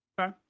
Okay